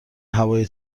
هوای